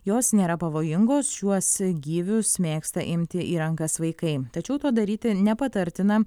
jos nėra pavojingos šiuos gyvius mėgsta imti į rankas vaikai tačiau to daryti nepatartina